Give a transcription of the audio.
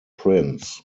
prince